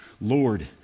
Lord